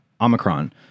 Omicron